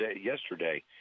yesterday